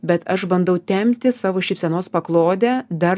bet aš bandau tempti savo šypsenos paklodę dar